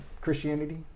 Christianity